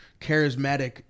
charismatic